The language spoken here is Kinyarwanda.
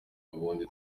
ubundi